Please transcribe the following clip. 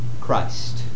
Christ